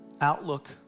outlook